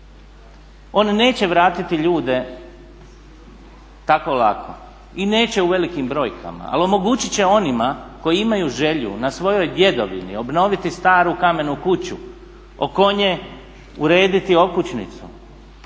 On neće vratiti ljude tako lako i neće u velikim brojkama, ali omogućit će onima koji imaju želju na svojoj djedovini obnoviti staru kamenu kuću, oko nje urediti okućnicu,